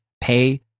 pay